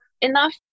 enough